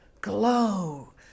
glow